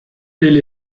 elle